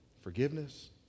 forgiveness